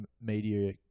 media